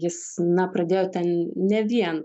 jis na pradėjo ten ne vien